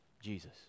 Jesus